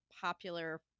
popular